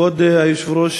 כבוד היושב-ראש,